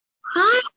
Hi